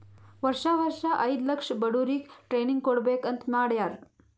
ವರ್ಷಾ ವರ್ಷಾ ಐಯ್ದ ಲಕ್ಷ ಬಡುರಿಗ್ ಟ್ರೈನಿಂಗ್ ಕೊಡ್ಬೇಕ್ ಅಂತ್ ಮಾಡ್ಯಾರ್